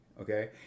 okay